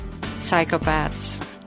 psychopaths